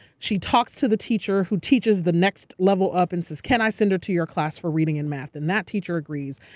she talks to the teacher who teaches the next level up and says, can i send her to your class for reading and math? and that teacher agrees.